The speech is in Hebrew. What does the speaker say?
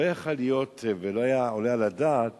לא יכול להיות ולא היה עולה על הדעת